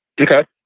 Okay